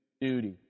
Duty